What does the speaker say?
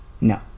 No